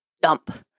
dump